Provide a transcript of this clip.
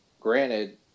Granted